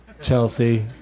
Chelsea